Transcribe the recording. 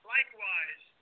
Likewise